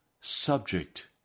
subject